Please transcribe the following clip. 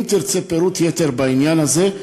אם תרצה פירוט יתר בעניין הזה,